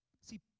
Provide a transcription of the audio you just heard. See